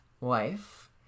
Wife